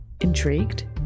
Intrigued